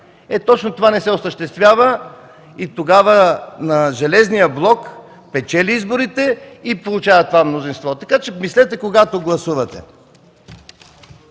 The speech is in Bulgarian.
Точно това не се осъществява и тогава Железният блок печели изборите и получава мнозинството. Мислете, когато гласувате!